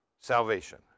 salvation